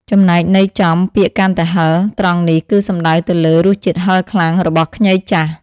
ចំណែកន័យចំ ពាក្យ កាន់តែហឹរ ត្រង់នេះគឺសំដៅទៅលើ រសជាតិហឹរខ្លាំង របស់ខ្ញីចាស់។